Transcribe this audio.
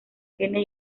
kenia